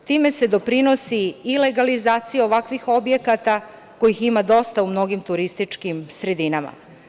Time se doprinosi i legalizaciji ovakvih objekata, kojih ima dosta u mnogim turističkim sredinama.